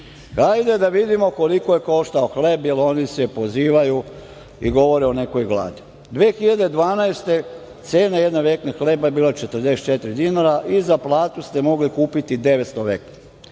više. Hajde da vidimo koliko je koštao hleb, jer oni se pozivaju i govore o nekoj gladi. Godine 2012. cena jedne vekne hleba je bila 44 dinara i za platu ste mogli kupiti 900 vekni.